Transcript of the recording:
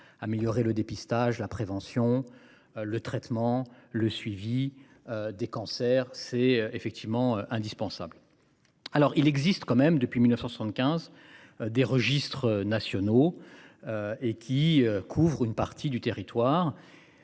améliorer le dépistage, la prévention, le traitement et le suivi des cancers. C'est en effet indispensable. Toutefois, il existe depuis 1975 des registres nationaux, qui couvrent une partie du territoire.